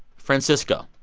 francisco,